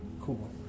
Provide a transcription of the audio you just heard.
Cool